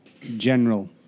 general